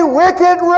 wicked